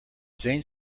jane